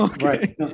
Right